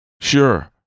Sure